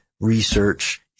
research